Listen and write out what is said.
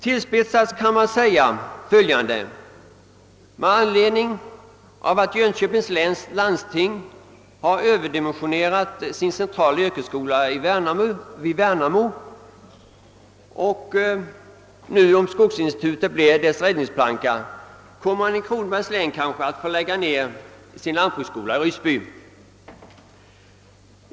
Tillspetsat kan man säga, att med anledning av att Jönköpings läns landsting har överdimensionerat sin centrala yrkesskola i Värnamo och skogsinstitutet nu kanske blir dess räddningsplanka, så får man i Kronobergs län måhända lägga ned lantbruksskolan i Ryssby.